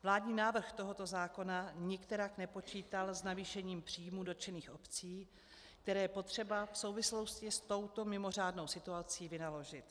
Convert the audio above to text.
Vládní návrh tohoto zákona nikterak nepočítal s navýšením příjmů dotčených obcí, které je potřeba v souvislosti s touto mimořádnou situací vynaložit.